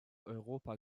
europa